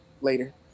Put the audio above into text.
later